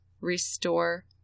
restore